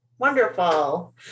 Wonderful